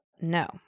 No